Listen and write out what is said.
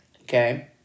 okay